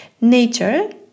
Nature